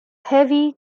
heavy